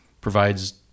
provides